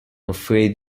afraid